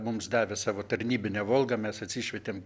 mums davė savo tarnybinę volgą mes atsišvietėm